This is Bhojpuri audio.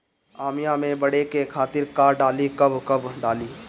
आमिया मैं बढ़े के खातिर का डाली कब कब डाली?